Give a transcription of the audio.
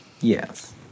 Yes